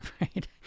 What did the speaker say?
Right